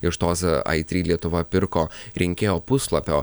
iš tos aitry lietuva pirko rinkėjo puslapio